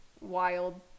wild